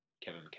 Kevin